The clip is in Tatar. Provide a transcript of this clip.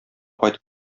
кайтып